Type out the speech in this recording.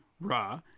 Ra